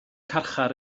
carchar